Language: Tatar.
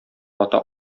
ата